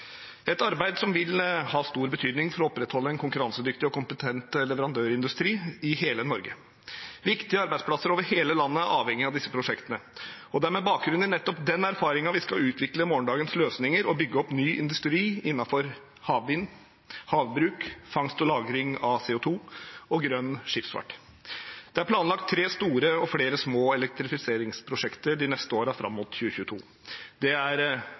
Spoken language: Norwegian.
et arbeid som vil ha stor betydning for å opprettholde en konkurransedyktig og kompetent leverandørindustri i hele Norge. Viktige arbeidsplasser over hele landet er avhengige av disse prosjektene, og det er med bakgrunn i nettopp den erfaringen vi skal utvikle morgendagens løsninger og bygge opp ny industri innenfor havvind, havbruk, fangst og lagring av CO 2 og grønn skipsfart. Det er planlagt tre store og flere små elektrifiseringsprosjekter de neste årene fram mot 2022. Det er